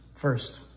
first